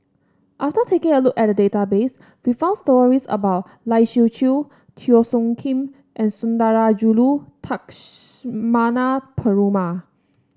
after taking a look at the database we found stories about Lai Siu Chiu Teo Soon Kim and Sundarajulu Takshmana Perumal